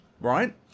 right